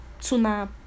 tuna